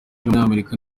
w’umunyamerika